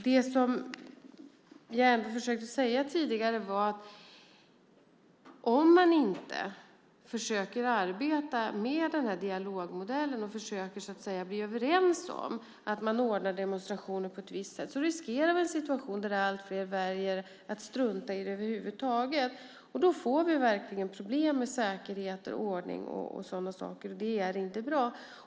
Det som jag försökte säga tidigare var att om man inte försöker arbeta med denna dialogmodell och så att säga försöker bli överens om att man ordnar demonstrationer på ett visst sätt, riskerar vi en situation där allt fler väljer att strunta i det över huvud taget, och då får vi verkligen problem med säkerhet, ordning och så vidare, och det är inte bra.